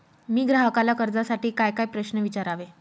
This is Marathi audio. मी ग्राहकाला कर्जासाठी कायकाय प्रश्न विचारावे?